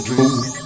dream